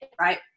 Right